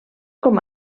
com